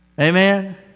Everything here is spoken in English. Amen